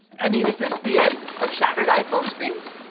i mean, is this the end of shattered iphone screens?